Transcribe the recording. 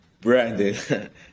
Brandon